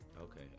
Okay